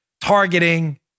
targeting